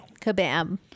Kabam